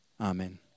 Amen